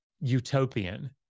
utopian